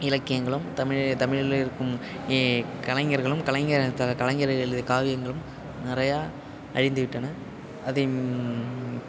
இலக்கியங்களும் தமிழ் தமிழில் இருக்கும் எ கலைஞர்களும் கலைஞர் த கலைஞர் எழுதிய காவியங்களும் நிறையா அழிந்து விட்டன அதையும்